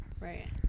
right